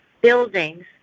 buildings